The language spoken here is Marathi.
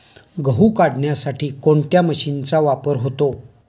गहू काढण्यासाठी कोणत्या मशीनचा वापर होतो?